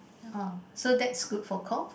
uh so that is good for cough